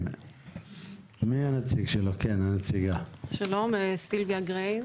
אני, כאזרח ערבי,